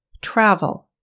Travel